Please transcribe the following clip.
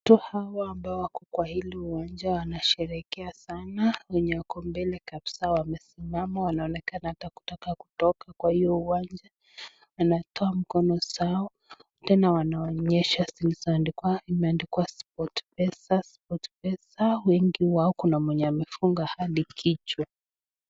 Watu ambao wako kwa hili uwanja wanasherehekea sana wenye wako mbele kabisa wanaonekana ata kutaka kutoka kwenye hiyo uwanja anatoa mikono zao tena wanaonyesha imeandikwa Sport Pesa, sport pesa wengi wao kuna mwenye amefunga hadi kichwa.